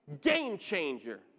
Game-changer